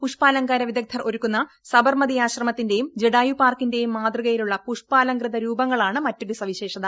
പുഷ്പാലങ്കാര വിദഗ്ദ്ധർ ഒരുക്കുന്ന സബർമതി ആശ്രമത്തിന്റെയും ജഡായു പാർക്കിന്റെയും മാതൃകയിലുള്ള പുഷ്പാലംകൃത രൂപങ്ങളാണ് മറ്റൊരു സവിശേഷത